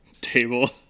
table